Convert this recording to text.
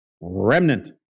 remnant